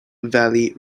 valley